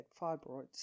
fibroids